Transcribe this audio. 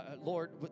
Lord